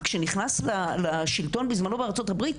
כשנכנס לשלטון בזמנו בארצות הברית,